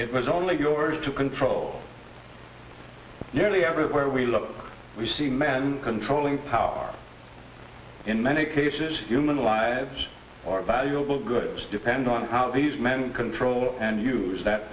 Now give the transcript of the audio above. it was only yours to control nearly everywhere we look we see men controlling power in many cases human lives are valuable goods depend on how these men control and use that